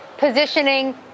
positioning